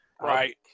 Right